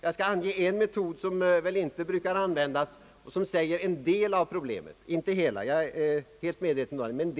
Jag skall ange en metod, som väl inte brukar användas men som ger en del av problemet — inte hela, jag är medveten om det.